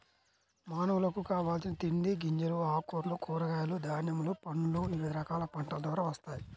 మానవులకు కావలసిన తిండి గింజలు, ఆకుకూరలు, కూరగాయలు, ధాన్యములు, పండ్లు వివిధ రకాల పంటల ద్వారా వస్తాయి